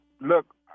Look